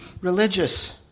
religious